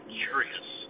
curious